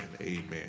Amen